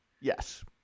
Yes